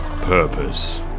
purpose